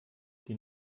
die